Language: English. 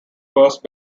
first